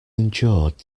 endured